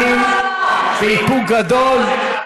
אני באיפוק גדול,